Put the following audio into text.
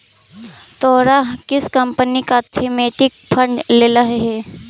तोहरा किस कंपनी का थीमेटिक फंड लेलह हे